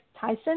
Tyson